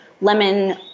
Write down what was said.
lemon